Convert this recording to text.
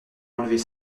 enlever